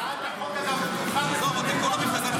הצעת החוק, אגב, פתוחה בפנינו על המסכים.